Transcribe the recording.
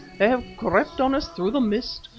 they have crept on us through the mist.